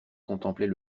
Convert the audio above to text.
contemplait